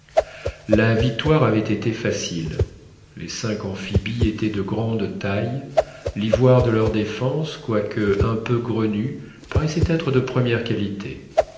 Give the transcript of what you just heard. la victoire avait été facile les cinq amphibies étaient de grande taille l'ivoire de leurs défenses quoique un peu grenu paraissait être de première qualité